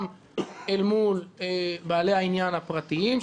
גם אל מול בעלי העניין הפרטיים,